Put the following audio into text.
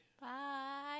Bye